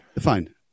Fine